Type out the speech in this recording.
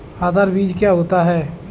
आधार बीज क्या होता है?